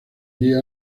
día